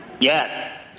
Yes